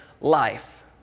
life